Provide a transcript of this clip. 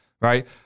right